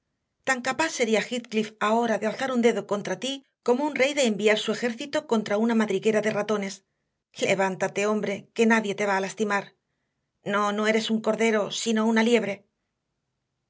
tan capaz sería heathcliff ahora de alzar un dedo contra ti como un rey de enviar su ejército contra una madriguera de ratones levántate hombre que nadie te va a lastimar no no eres un cordero sino una liebre